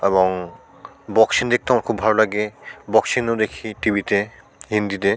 এবং বক্সিং দেখতেও আমার খুব ভালো লাগে বক্সিংও দেখি টি ভিতে হিন্দিতে